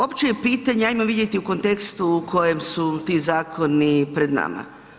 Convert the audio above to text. Opće je pitanje, ajmo vidjeti u kontekstu u kojem su ti zakoni pred nama.